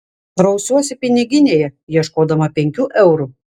rausiuosi piniginėje ieškodama penkių eurų